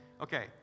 Okay